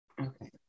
okay